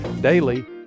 Daily